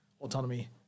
autonomy